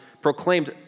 proclaimed